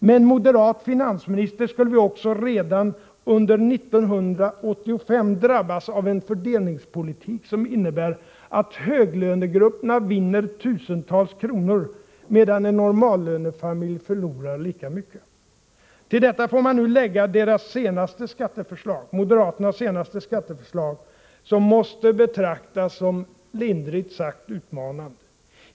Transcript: Med en moderat finansminister skulle vi också redan under 1985 drabbas av en fördelningspolitik som innebär att höglönegrupperna vinner tusentals kronor, medan en normallönefamilj förlorar lika mycket. Till detta får man nu lägga moderaternas senaste skatteförslag, som måste betraktas som lindrigt sagt utmanande.